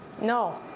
No